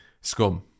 scum